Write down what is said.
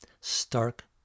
Stark